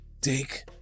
Take